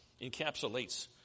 encapsulates